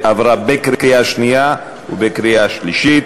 עברה בקריאה שנייה ובקריאה שלישית.